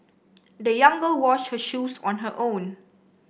the young girl washed her shoes on her own